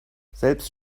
selbst